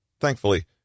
Thankfully